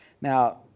Now